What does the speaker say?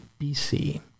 BC